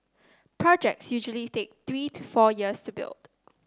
projects usually take three to four years to build